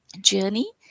journey